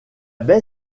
baie